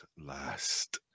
last